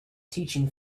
teaching